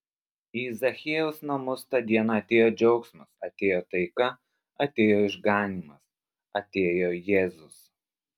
į zachiejaus namus tą dieną atėjo džiaugsmas atėjo taika atėjo išganymas atėjo jėzus